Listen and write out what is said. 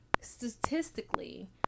statistically